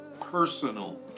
personal